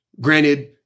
Granted